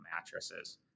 mattresses